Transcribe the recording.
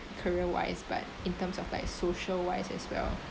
career wise but in terms of like social wise as well